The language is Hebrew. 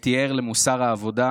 הייתי ער למוסר העבודה,